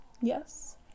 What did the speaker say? Yes